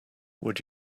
would